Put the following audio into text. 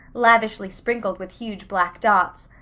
lavishly sprinkled with huge black dots,